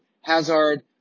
Hazard